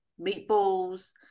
meatballs